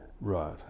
Right